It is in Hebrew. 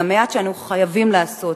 זה המעט שאנו חייבים לעשות,